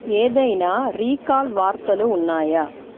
ఏదైనా రీకాల్ వార్తలు ఉన్నాయా